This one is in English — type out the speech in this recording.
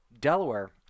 Delaware